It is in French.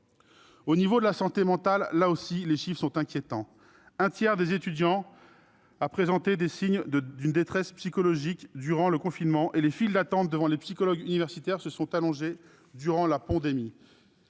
Au niveau de la santé mentale, là aussi, les chiffres sont inquiétants. Un tiers des étudiants ont présenté les signes d'une détresse psychologique durant le confinement et les files d'attente devant les psychologues universitaires se sont allongées durant la pandémie.